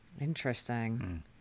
Interesting